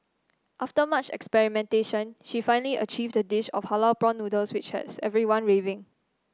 after much experimentation she finally achieved a dish of halal prawn noodles which has everyone raving